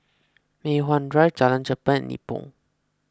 Mei Hwan Drive Jalan Cherpen and Nibong